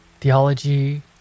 theology